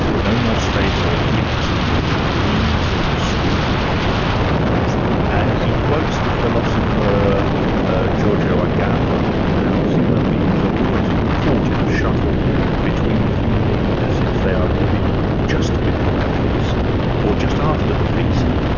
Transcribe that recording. no more stable or fixed than the breeze or the stream. beautifully put. and he quotes the philosopher ah giorgio agamben on how human beings are always caught in a shuffle between feeling as if they are living just before the feast or just after the feast,